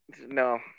No